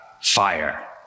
fire